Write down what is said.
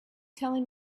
telling